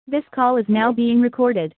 this call is now being recorded